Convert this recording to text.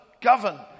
govern